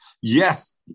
Yes